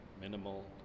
minimal